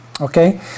Okay